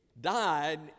died